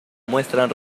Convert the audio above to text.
muestran